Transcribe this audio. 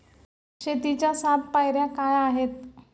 शेतीच्या सात पायऱ्या काय आहेत?